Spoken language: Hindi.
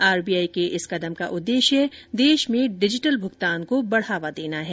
आरबीआई के इस कदम का उद्देश्य देश में डिजिटल भुगतान को बढ़ावा देना है